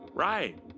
Right